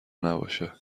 نباشه